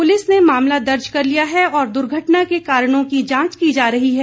police ने मामला दर्ज कर लिया है और दुर्घटना के कारणों की जांच की जा रही है